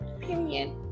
Period